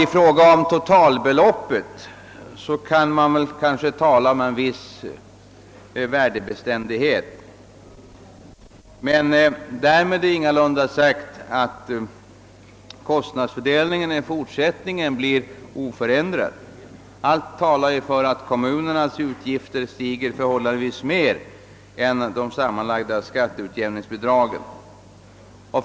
I fråga om totalbeloppet kan man kanske tala om en viss värdebeständighet, men därmed är ingalunda sagt att kostnadsfördelningen i fortsättningen blir oförändrad. Allt talar för att kommunernas utgifter stiger förhållandevis mera än de sammanlagda skatteutjämningsbidragen ökar.